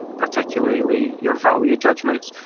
particularly your value judgments,